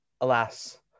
Alas